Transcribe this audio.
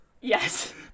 yes